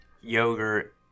yogurt